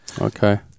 Okay